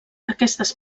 aquestes